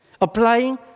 Applying